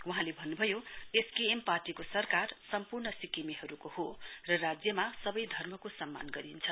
वहाँले भन्नुभयो एसकेएम पार्टीको सरकार सम्पूर्ण सिक्किमेहरुको हो र राज्यमा सबै धर्मको सम्मान गरिन्छ